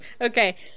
Okay